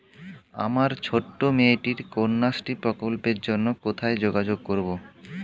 আমার ছোট্ট মেয়েটির কন্যাশ্রী প্রকল্পের জন্য কোথায় যোগাযোগ করব?